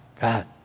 God